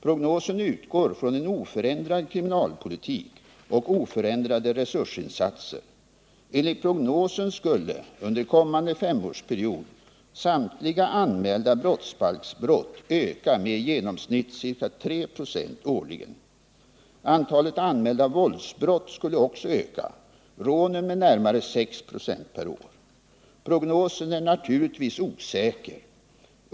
Prognosen utgår från en oförändrad kriminalpolitik och oförändrade resursinsatser. Enligt prognosen skulle under kommande femårsperiod samtliga anmälda brottsbalksbrott öka i antal med i genomsnitt ca 3 24 årligen. Antalet anmälda våldsbrott skulle också öka, antalet rån med närmare 6 9 per år. Prognosen är naturligtvis osäker.